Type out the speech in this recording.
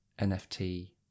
NFT